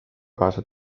kaasa